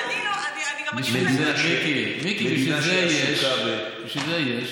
מיקי, בשביל זה יש